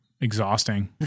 exhausting